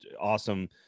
awesome